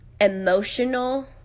emotional